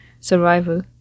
Survival